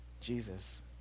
jesus